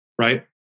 right